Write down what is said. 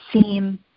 seem